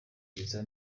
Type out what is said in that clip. byiza